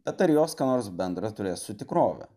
bet ar jos ką nors bendra turės su tikrove